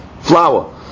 flour